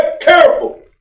careful